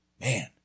Man